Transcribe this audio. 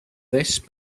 this